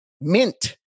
mint